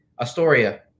Astoria